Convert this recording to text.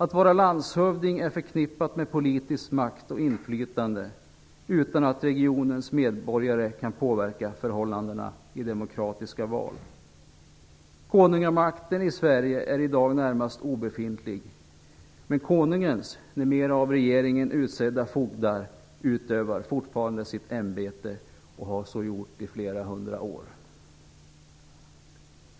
Att vara landshövding är förknippat med politisk makt och inflytande, utan att regionens medborgare kan påverka förhållandena i demokratiska val. Konungamakten i Sverige är i dag närmast obefintlig, men konungens, numera av regeringens utsedda, fogdar utövar fortfarande sitt ämbete och har så gjort i flera hundra år.